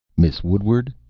miss woodward,